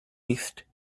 east